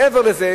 מעבר לזה,